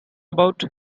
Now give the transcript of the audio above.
about